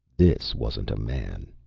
this wasn't a man,